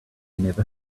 never